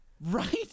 Right